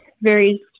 varies